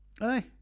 aye